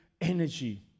energy